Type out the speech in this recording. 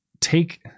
take